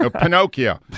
Pinocchio